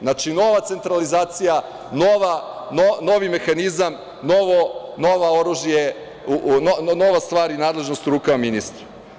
Znači, nova centralizacija, novi mehanizam, novo oružje, nova stvar i nadležnost u rukama ministra.